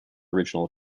original